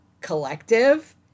collective